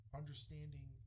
understanding